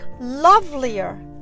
lovelier